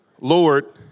Lord